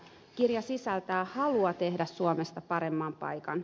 kirja sisältää halua tehdä suomesta parempi paikka